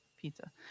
pizza